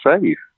safe